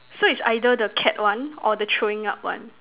so is either the cat one or the throwing up one